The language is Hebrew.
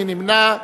מי נמנע?